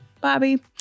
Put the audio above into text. Bobby